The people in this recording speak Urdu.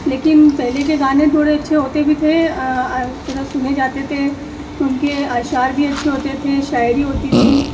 لیکن پہلے کے گانے تھوڑے اچھے ہوتے بھی تھے ذرا سنے جاتے تھے ان کے اشعار بھی اچھے ہوتے تھے شاعری ہوتی تھی